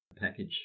package